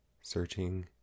searching